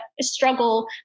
struggle